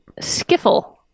skiffle